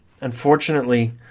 Unfortunately